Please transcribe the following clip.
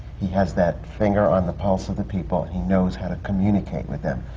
he has that finger on the pulse of the people. he knows how to communicate with them.